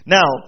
Now